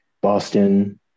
Boston